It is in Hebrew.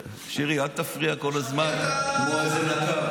שירי, אל תפריע כל הזמן כמו איזה נקר.